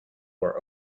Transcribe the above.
were